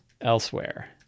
elsewhere